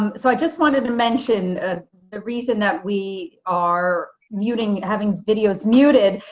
um so i just wanted to mention ah the reason that we are muting, having videos muted,